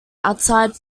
outside